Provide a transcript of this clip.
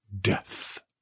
death